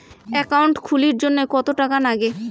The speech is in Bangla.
একাউন্ট খুলির জন্যে কত টাকা নাগে?